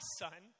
son